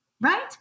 right